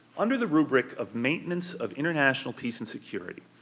under the rubric of maintenance of international peace and security,